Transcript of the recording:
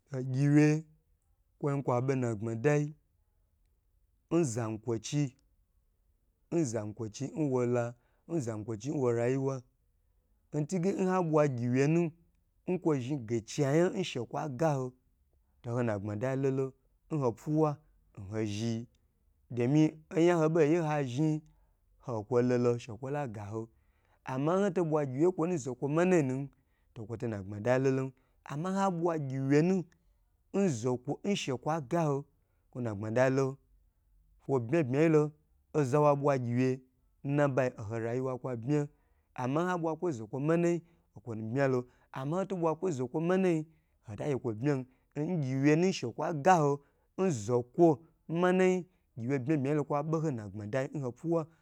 Gyiwye kwo kwa be nagbadayi n zan kwochi nzankwochi nwola nworayiwa ntige nha bwa gyiwe pu nkwozhi gaga yagan nshwa gaho to ho na gbmada lolo nho puwa nhozhi domi oya ha buye hazhi hokwo lolo shekwo la gaho ama hoto bwa gyewe nzokwa manayi nu kwoto na gbmada lolon ama nha bwa gyi wenu nzokwo n shekwo gaho kwo bma kwon gbmadwo ka bma yilo kwo bma bma yi lo oza wa bwa gye wye n nabayi oho rayiwa kwa bma ama nha bwa kwo n zokwo manayi nkwo nu bma bma yilo gma nhoto bwa kwo n zokwo manayi hota gye kwo bma ngyi wye nu shekwo gaho nzo kwo manayi gye wye bma boma yilo kwo ɓe ho na gbma dayi ho puwa